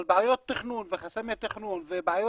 אבל בעיות תכנון וחסמי תכנון וחסמי